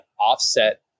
offset